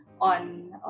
on